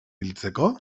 hiltzeko